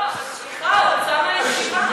לא, אבל סליחה, הוא הוצא מן הישיבה.